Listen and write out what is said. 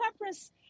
purpose